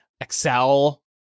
Excel